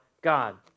God